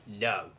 No